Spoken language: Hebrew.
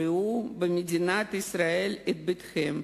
ראו במדינת ישראל את ביתכם,